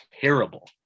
terrible